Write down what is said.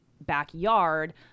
backyard